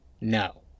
No